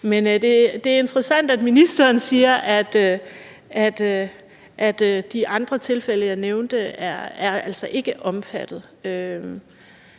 Men det er interessant, at ministeren siger, at de andre tilfælde, jeg nævnte, altså ikke er omfattet.